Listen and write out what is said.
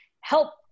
help